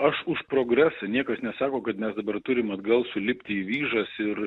aš už progresą niekas nesako kad mes dabar turim atgal sulipti vyžas ir